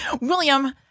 William